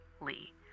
Lee